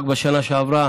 רק בשנה שעברה